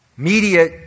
Media